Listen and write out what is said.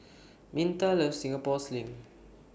Minta loves Singapore Sling